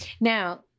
Now